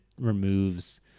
removes